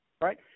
Right